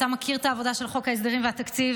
אתה מכיר את העבודה של חוק ההסדרים והתקציב,